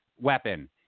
weapon